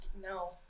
no